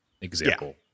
example